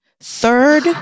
third